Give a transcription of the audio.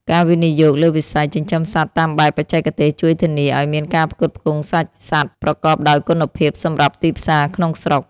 ការវិនិយោគលើវិស័យចិញ្ចឹមសត្វតាមបែបបច្ចេកទេសជួយធានាឱ្យមានការផ្គត់ផ្គង់សាច់សត្វប្រកបដោយគុណភាពសម្រាប់ទីផ្សារក្នុងស្រុក។